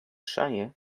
shire